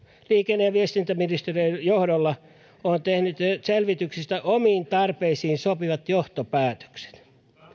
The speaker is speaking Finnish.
liikenne ja viestintäministeriön johdolla on tehnyt selvityksistä omiin tarpeisiinsa sopivat johtopäätökset